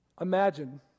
Imagine